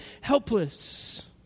helpless